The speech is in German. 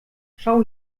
schau